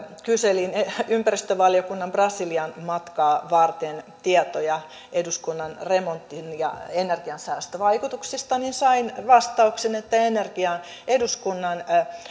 kyselin ympäristövaliokunnan brasilian matkaa varten tietoja eduskunnan remontin energiansäästövaikutuksista niin sain vastauksen että eduskunnan